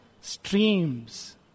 streams